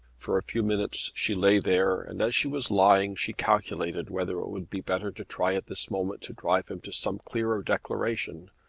for a few minutes she lay there and as she was lying she calculated whether it would be better to try at this moment to drive him to some clearer declaration,